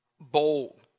bold